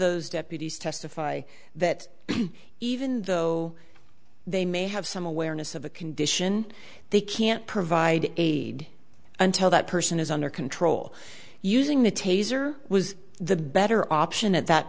those deputies testify that even though they may have some awareness of a condition they can't provide aid until that person is under control using the taser was the better option at that